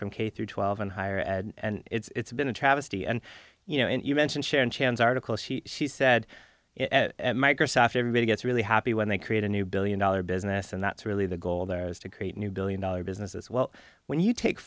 from k through twelve and higher and it's been a travesty and you know and you mentioned sharon chan's article she said microsoft everybody gets really happy when they create a new billion dollar business and that's really the goal there is to create a new billion dollar business as well when you take